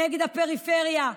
נגד הפריפריה,